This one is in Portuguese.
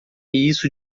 isso